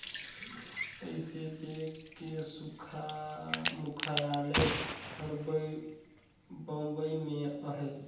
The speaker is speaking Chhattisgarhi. यस बेंक के मुख्यालय हर बंबई में अहे